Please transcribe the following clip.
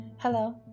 Hello